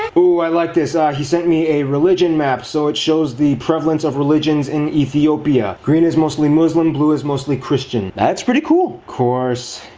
ooh, i like this. ah he sent me a religion map. so it shows the prevalance of religions in ethiopia. green is mostly muslim, blue is mostly christian. that's pretty cool. of course.